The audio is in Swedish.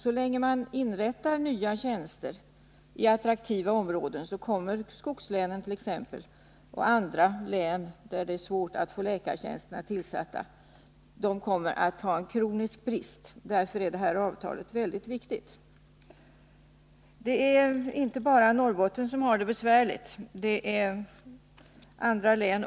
Så länge man inrättar nya tjänster i attraktiva områden kommer skogslänen och andra län där det är svårt att få läkartjänsterna tillsatta att ha en kronisk brist på läkare. Därför är det här avtalet väldigt viktigt. Det är inte bara Norrbotten som har det besvärligt utan även andra län.